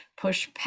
push